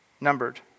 Numbered